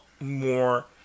more